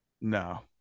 No